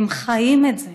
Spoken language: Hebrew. הם חיים את זה.